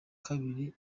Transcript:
kabiri